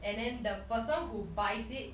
and then the person who buys it